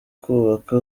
kubaka